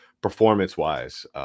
performance-wise